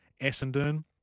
Essendon